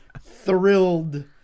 thrilled